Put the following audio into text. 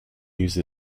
use